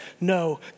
No